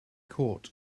caught